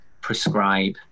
prescribe